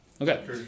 Okay